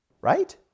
right